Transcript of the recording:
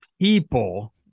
people